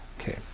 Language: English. Okay